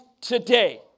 today